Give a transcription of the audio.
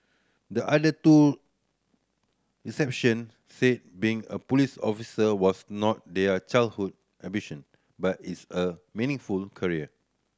the other two reception said being a police officer was not their childhood ambition but is a meaningful career